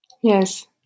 yes